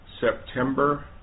September